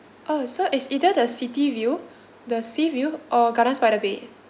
oh so it's either the city view the sea view or gardens by the bay